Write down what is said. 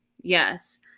yes